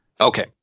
okay